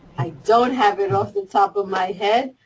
i don't have it off the top of my head,